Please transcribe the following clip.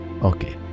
Okay